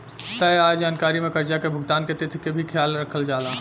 तय आय जानकारी में कर्जा के भुगतान के तिथि के भी ख्याल रखल जाला